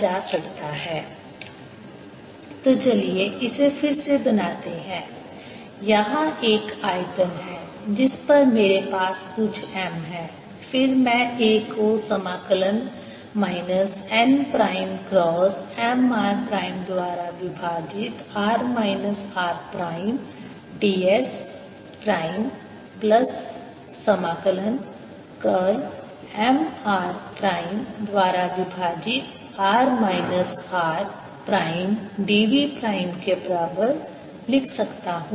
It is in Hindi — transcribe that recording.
Mr×1r rdV Mrr rdVMrr rdV तो चलिए इसे फिर से बनाते हैं यहाँ एक आयतन है जिस पर मेरे पास कुछ M है फिर मैं A r को समाकलन minus n prime cross M r prime द्वारा विभाजित r minus r prime ds prime plus समाकलन कर्ल M r प्राइम द्वारा विभाजित r minus r prime dv prime के बराबर लिख सकता हूँ